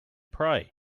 pray